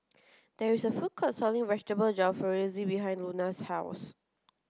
there is a food court selling Vegetable Jalfrezi behind Luna's house